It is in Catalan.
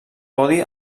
podi